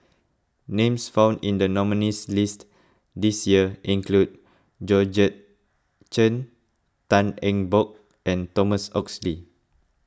names found in the nominees' list this year include Georgette Chen Tan Eng Bock and Thomas Oxley